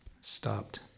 stopped